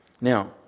Now